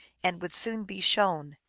and would soon be shown.